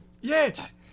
Yes